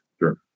Sure